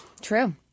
True